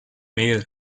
mehl